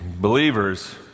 Believers